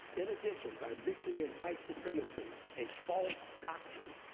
in addition, by mixing in white supremacy, a false doctrine,